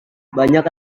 banyak